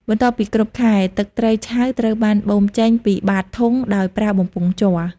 បន្ទាប់ពីគ្រប់ខែ ទឹកត្រីឆៅត្រូវបាន បូមចេញ ពីបាតធុងដោយប្រើបំពង់ជ័រ។